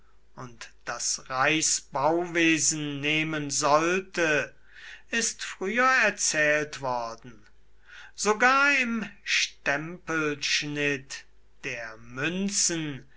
und das reichsbauwesen nehmen sollte ist früher erzählt worden sogar im stempelschnitt der münzen